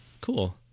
cool